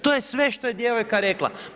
To je sve što je djevojka rekla.